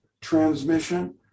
transmission